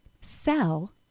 sell